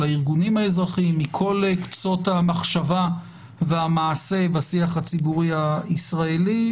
של הארגונים האזרחיים מכל קצות המחשבה והמעשה בשיח הציבורי הישראלי,